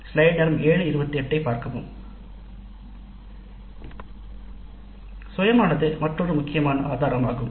slide நேரம் 0728 ஐப் பார்க்கவும் சுயமானது மற்றொரு முக்கியமான ஆதாரமாகும்